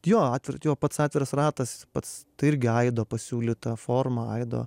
jo atvir pats atviras ratas pats tai irgi aido pasiūlyta forma aido